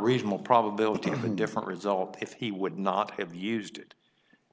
reasonable probability of a different result if he would not have used